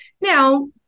Now